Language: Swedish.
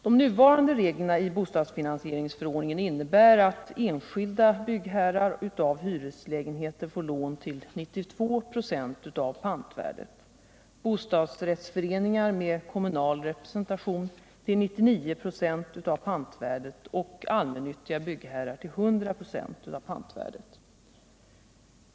De nuvarande reglerna i bostadsfinansieringsförordningen innebär att enskilda byggherrar av hyreslägenheter får lån till 92 96 av pantvärdet, bostadsrättsföreningar med kommunal representation till 99 96 av pantvärdet och allmännyttiga byggherrar till 100 96 av pantvärdet.